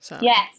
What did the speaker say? Yes